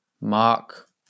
Mark